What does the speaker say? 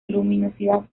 luminosidad